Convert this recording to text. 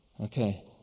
Okay